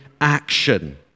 action